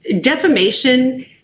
defamation